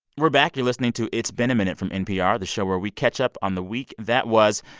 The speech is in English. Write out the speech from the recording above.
we're back. you're listening to it's been a minute from npr, the show where we catch up on the week that was.